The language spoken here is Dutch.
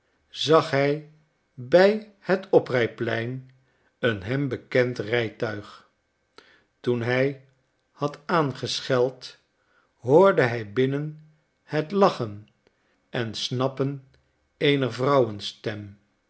zag hij bij het oprijplein een hem bekend rijtuig toen hij had aangescheld hoorde hij binnen het lachen en snappen eener vrouwenstem